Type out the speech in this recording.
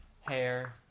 Hair